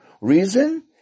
reason